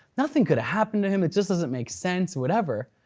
nothing could've happened to him, it just doesn't make sense, whatever.